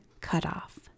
cutoff